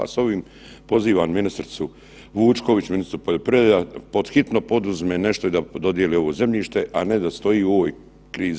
S ovim pozivam ministricu Vučković, ministricu poljoprivrede da pod hitno poduzme nešto i da dodijeli ovo zemljište, a ne da stoji u ovoj krizi.